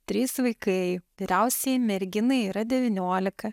trys vaikai vyriausiai merginai yra devyniolika